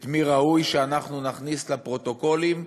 את מי ראוי שאנחנו נכניס לפרוטוקולים,